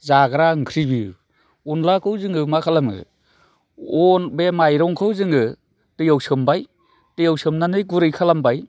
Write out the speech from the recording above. जाग्रा ओंख्रि बियो अनद्लाखौ जोङो मा खालामो अन बे माइरंखौ जोङो दैयाव सोमबाय दैयाव सोमनानै गुरै खालामबाय